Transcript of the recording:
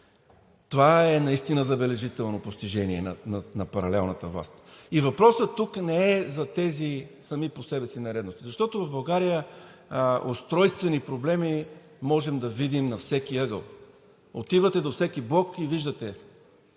това е наистина забележително постижение на паралелната власт. И въпросът тук не е за тези сами по себе си нередности, защото в България устройствени проблеми можем да видим на всеки ъгъл. Отивате до всеки блок и виждате